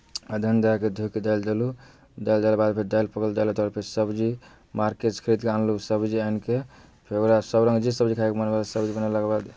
अदहन दए कऽ धोए कऽ दालि देलहुँ दालि देलाके बाद फेर दालि पाकल दालि उतारलाके बाद फेर सब्जी मार्केटसँ खरीद कऽ अनलहुँ सब्जी आनि कऽ फेर ओकरा सभरङ्ग जे सब्जी खाएके मोन हुए सब्जी बनेलाके बाद